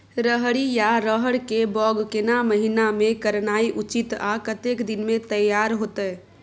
रहरि या रहर के बौग केना महीना में करनाई उचित आ कतेक दिन में तैयार होतय?